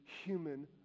human